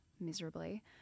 miserably